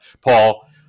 Paul